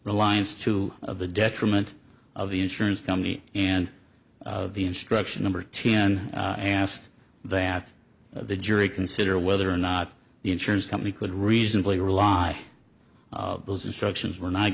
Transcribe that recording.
reliance two of the detriment of the insurance company and the instruction number ten am asked that the jury consider whether or not the insurance company could reasonably rely on those instructions were not